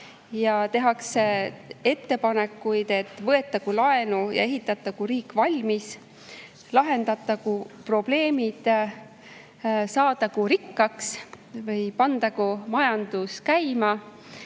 Tehakse ettepanekuid, et võetagu laenu ja ehitatagu riik valmis, lahendatagu probleemid, saadagu rikkaks või pandagu majandus käima,